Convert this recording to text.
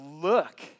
look